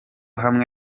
hamwe